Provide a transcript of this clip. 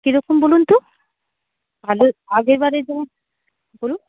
কীরকম বলুন তো ভালো আগেরবারে যেমন বলুন